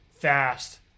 fast